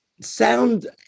sound